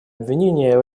обвинения